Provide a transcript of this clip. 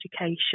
education